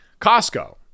Costco